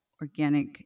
organic